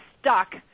stuck